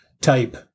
type